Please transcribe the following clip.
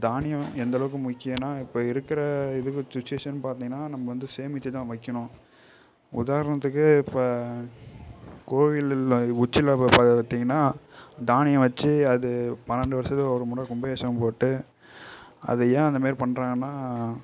தானியம் எந்தளவுக்கு முக்கியம்னா இப்போ இருக்கிற இது சுட்சுவேஷன் பார்த்திங்கனா நம்ம வந்து சேமித்துதான் வைக்கணும் உதாரணத்துக்கு இப்போ கோவிலில் உச்சியில் பார்த்திங்கனா தானியம் வச்சு அது பன்னெரெண்டு வருஷத்துக்கு ஒரு முறை கும்பாபேஷேகம் போட்டு அது ஏன் அந்தமாதிரி பண்றாங்கனால்